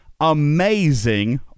amazing